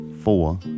Four